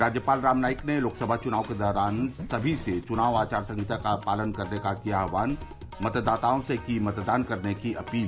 राज्यपाल राम नाईक ने लोकसभा चुनाव के दौरान सभी से चुनाव आचार संहिता का पालन करने का किया आह्वान मतदाताओं से की मतदान करने की अपील